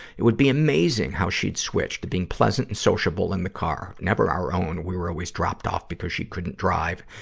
it would be amazing how she's switch from being pleasant and sociable in the car never our own we were always dropped off because she couldn't drive,